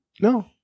No